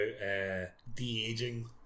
de-aging